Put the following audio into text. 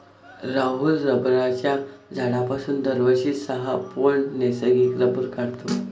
राहुल रबराच्या झाडापासून दरवर्षी सहा पौंड नैसर्गिक रबर काढतो